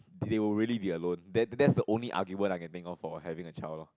they'll really be alone that that's the only argument I can think of for having a child lor